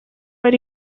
ari